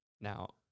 now